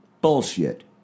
Bullshit